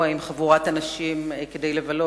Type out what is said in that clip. בחבורה גדולה למקום מסוים כדי לבלות,